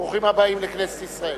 ברוכים הבאים לכנסת ישראל.